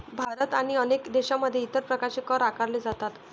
भारत आणि अनेक देशांमध्ये इतर प्रकारचे कर आकारले जातात